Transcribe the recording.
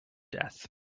death